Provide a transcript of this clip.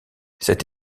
cette